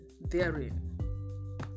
therein